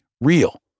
real